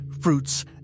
fruits